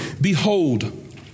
behold